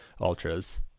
ultras